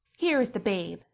here is the babe,